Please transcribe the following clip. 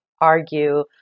argue